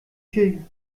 viel